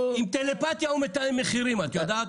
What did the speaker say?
עם טלפתיה הוא מתאם מחירים, את יודעת?